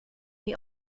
they